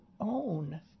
own